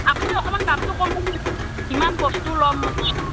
আপুনি অকণমান দামটো কমাই দিব ইমান বস্তু ল'ম মই